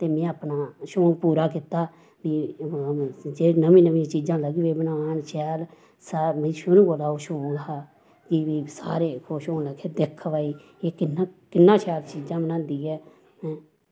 ते में अपना शौंक पूरा कीता फ्ही अऊं जेह्ड़ी नमीं नमीं लगी पेई बनान शैल सारा मिगी शुरु कोला शौंक हा फ्ही सारे खुश होन लगे दिक्ख भाई एह् किन्ना शैल चीजां बनांदी ऐं हैं